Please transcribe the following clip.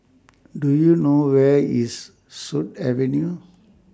Do YOU know Where IS Sut Avenue